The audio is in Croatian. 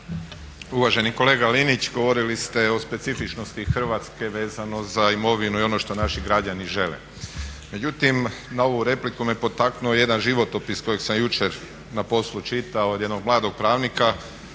Uvaženi kolega Linić, govorili ste o specifičnosti Hrvatske vezano za imovinu i ono što naši građani žele. Međutim na ovu repliku me potaknuo jedan životopis kojega sam jučer čitao od jednog mladog pravnika